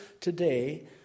today